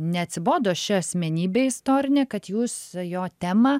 neatsibodo ši asmenybė istorinė kad jūs jo temą